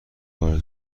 قرض